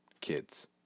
kids